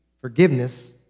forgiveness